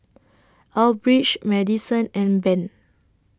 Elbridge Madisen and Ben